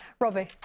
Robbie